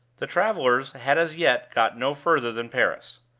the travelers had as yet got no further than paris.